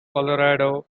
colorado